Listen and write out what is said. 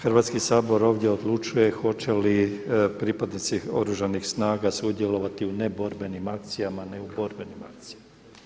Hrvatski sabor ovdje odlučuje hoće li pripadnici Oružanih snaga sudjelovati u neborbenim akcijama, ne u borbenim akcijama.